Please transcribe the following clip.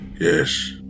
Yes